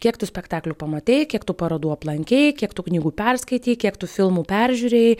kiek tų spektaklių pamatei kiek tų parodų aplankei kiek tų knygų perskaitei kiek tų filmų peržiūrėjai